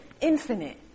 infinite